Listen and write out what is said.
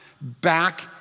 back